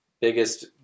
biggest